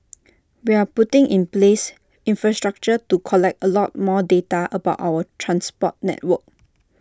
we are putting in place infrastructure to collect A lot more data about our transport network